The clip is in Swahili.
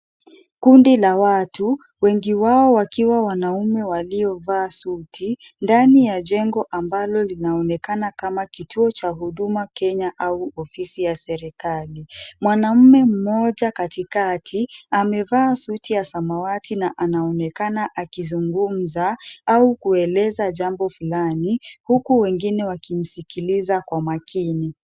Kundi la watu wengi wao wakiwa wanaume waliovaa suti ndani ya jengo ambalo linaonekana kama kituo cha huduma Kenya au ofisi ya serikali. Mwanaume mmoja katikati amevaa suti ya samawati na anaonekana akizungumza au kueleza jambo fulani huku wengine wakimsikiliza kwa makini.